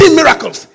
miracles